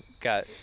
got